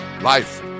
Life